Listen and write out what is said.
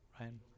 Ryan